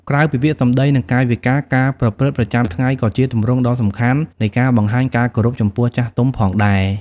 ក្រៅពីពាក្យសម្ដី និងកាយវិការ ការប្រព្រឹត្តប្រចាំថ្ងៃក៏ជាទម្រង់ដ៏សំខាន់នៃការបង្ហាញការគោរពចំពោះចាស់ទុំផងដែរ។